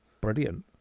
brilliant